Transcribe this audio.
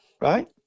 right